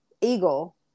eagle